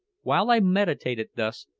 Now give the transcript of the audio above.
while i meditated thus,